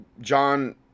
John